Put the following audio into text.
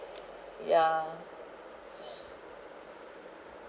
yeah